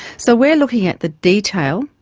so we are looking at the detail,